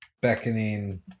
beckoning